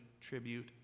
tribute